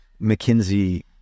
McKinsey